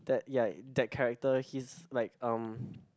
that ya that character he's like um